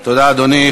תודה, אדוני.